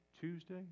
Tuesday